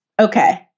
okay